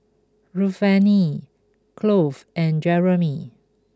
Ruthanne Cloyd and Jeremy